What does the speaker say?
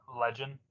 legend